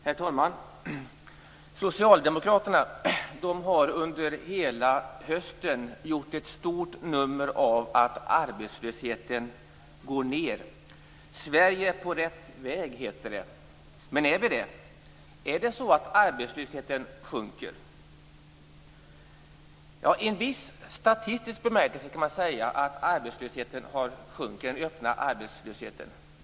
Herr talman! Socialdemokraterna har under hela hösten gjort ett stort nummer av att arbetslösheten går ned. Det heter att Sverige är på rätt väg. Men är vi det? Är det så att arbetslösheten sjunker? I en viss statistisk bemärkelse kan man säga att den öppna arbetslösheten sjunker.